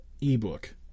ebook